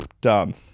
done